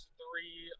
three